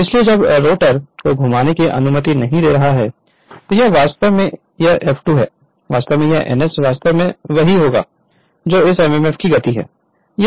इसलिए जब rotor rotor को घुमाने की अनुमति नहीं दे रहा है तो यह वास्तव में यह F2 है वास्तव में यह ns वास्तव में वही होगा जो इस mmf की गति है